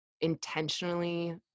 intentionally